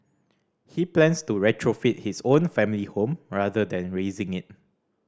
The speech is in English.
he plans to retrofit his own family home rather than razing it